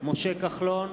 משה כחלון,